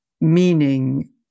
meaning